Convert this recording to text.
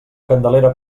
candelera